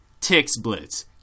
TixBlitz